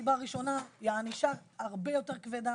הסיבה הראשונה היא הענישה, הרבה יותר כבדה